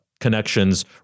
connections